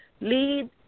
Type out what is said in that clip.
lead